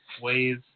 ways